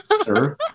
sir